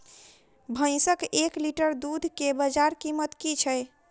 भैंसक एक लीटर दुध केँ बजार कीमत की छै?